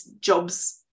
jobs